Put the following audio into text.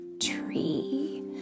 tree